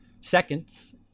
seconds